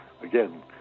Again